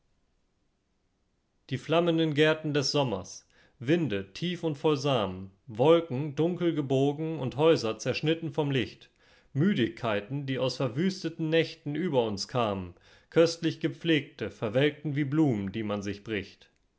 die flammenden gärten des sommers winde tief und voll samen wolken dunkel gebogen und häuser zerschnitten vom licht müdigkeiten die aus verwüsteten nächten über uns kamen köstlich gepflegte verwelkten wie blumen die man sich bricht